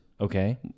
Okay